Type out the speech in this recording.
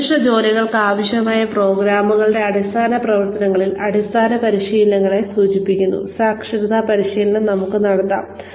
നിർദ്ദിഷ്ട ജോലികൾക്ക് ആവശ്യമായ പ്രോഗ്രാമുകളുടെ അടിസ്ഥാന പ്രവർത്തനങ്ങളിൽ അടിസ്ഥാന പരിശീലനത്തെ സൂചിപ്പിക്കുന്ന സാക്ഷരതാ പരിശീലനം നമുക്ക് നടത്താം